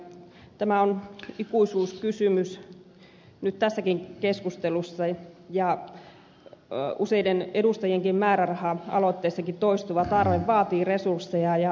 tämä on ikuisuuskysymys nyt tässäkin keskustelussa ja useiden edustajien määräraha aloitteissakin toistuva tarve vaatii resursseja ja määrärahoja